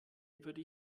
würde